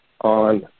on